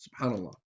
SubhanAllah